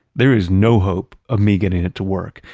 there is no hope of me getting it to work,